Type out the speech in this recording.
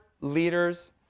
leaders